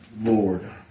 Lord